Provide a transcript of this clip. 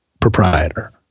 proprietor